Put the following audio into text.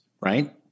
Right